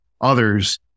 others